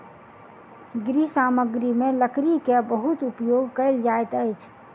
गृह सामग्री में लकड़ी के बहुत उपयोग कयल जाइत अछि